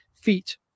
feet